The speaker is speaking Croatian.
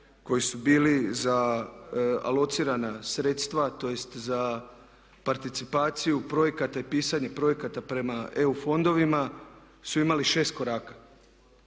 koji su bili za alocirana sredstva tj. za participaciju projekata i pisanje projekata prema EU fondovima su imali 6 koraka.